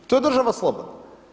To je država slobodna.